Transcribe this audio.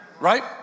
Right